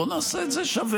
בואו נעשה את זה שווה.